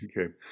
Okay